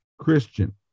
Christian